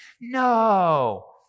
No